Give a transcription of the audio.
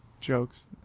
jokes